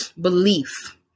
Belief